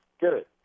Good